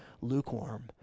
lukewarm